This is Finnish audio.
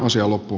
ansio loppu